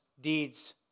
deeds